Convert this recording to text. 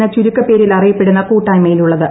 എന്നു ചുരുക്കപേരിൽ അറിയപ്പെടുന്ന കൂട്ടായ്മയിലുള്ളത്